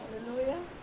Hallelujah